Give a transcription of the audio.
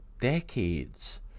decades